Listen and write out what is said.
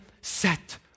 set